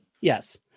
Yes